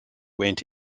went